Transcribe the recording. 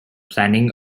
planning